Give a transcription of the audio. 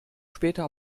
später